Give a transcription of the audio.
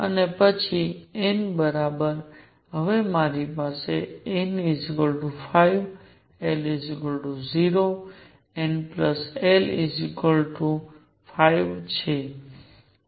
અને પછી n બરાબર હવે મારી પાસે n 5 l 0 n l એ 5 છે